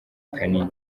kanini